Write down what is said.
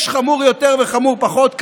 יש חמור יותר וחמור פחות.